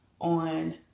on